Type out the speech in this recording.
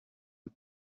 you